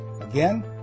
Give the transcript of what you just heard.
Again